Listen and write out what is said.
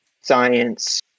science